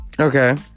Okay